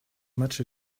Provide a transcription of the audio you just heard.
much